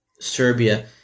Serbia